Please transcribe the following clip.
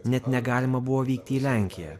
net negalima buvo vykti į lenkiją